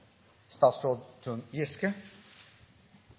Statsråd Giske